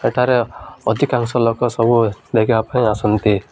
ଏଠାରେ ଅଧିକାଂଶ ଲୋକ ସବୁ ଦେଖିବା ପାଇଁ ଆସନ୍ତି